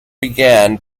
began